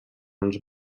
els